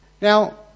Now